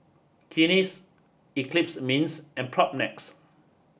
Guinness Eclipse Mints and Propnex